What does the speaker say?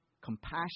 compassion